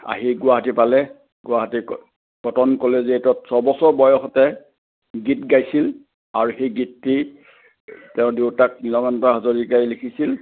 আহি গুৱাহাটী পালে গুৱাহাটী কটন কলেজিয়েটত ছবছৰ বয়সতে গীত গাইছিল আৰু সেই গীতটি তেওঁৰ দেউতাক নীলকান্ত হাজৰিকাই লিখিছিল